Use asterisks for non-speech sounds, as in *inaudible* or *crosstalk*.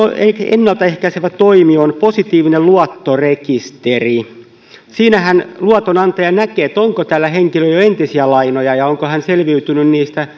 ennalta ehkäisevä toimi on positiivinen luottorekisteri siinähän luotonantaja näkee onko tällä henkilöllä jo entisiä lainoja ja onko hän selviytynyt niistä *unintelligible*